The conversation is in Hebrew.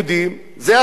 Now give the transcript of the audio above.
זו אפליה.